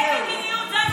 אין אסטרטגיה, אין מדיניות.